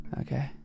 okay